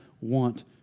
want